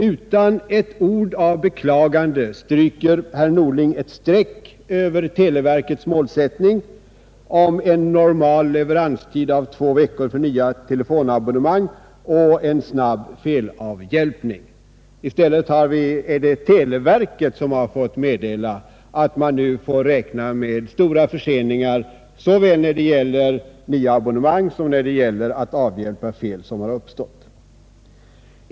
Utan ett ord av beklagande stryker herr Norling ett streck över televerkets målsättning om en normal leveranstid av två veckor för nya telefonabonnemang och snabb felavhjälpning. I stället är det televerket som har fått meddela att man nu måste räkna med stora förseningar, såväl då det gäller nya abonnemang som när det gäller att avhjälpa fel som har uppstått.